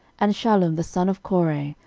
and shallum the son of kore,